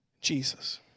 Jesus